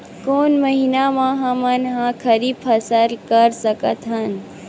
कोन महिना म हमन ह खरीफ फसल कर सकत हन?